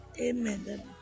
Amen